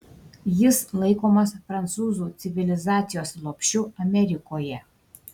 jis laikomas prancūzų civilizacijos lopšiu amerikoje